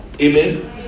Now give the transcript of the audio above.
Amen